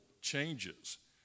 changes